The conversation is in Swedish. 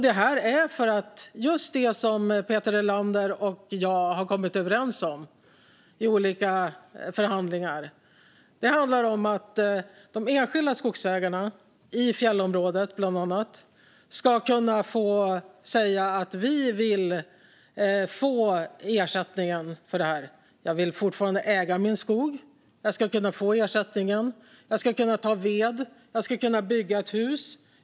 Det är just det Peter Helander och jag har kommit överens om i olika förhandlingar. Det handlar om att de enskilda skogsägarna ibland annat fjällområdet ska kunna säga: Vi vill få ersättningen för detta. Jag vill fortfarande äga min skog. Jag ska kunna få ersättningen. Jag ska kunna ta ved. Jag ska kunna bygga ett hus.